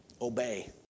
obey